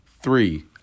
three